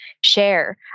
share